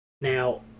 Now